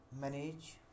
manage